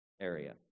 area